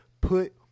put